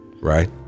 Right